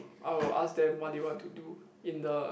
I will ask them what they want to do in the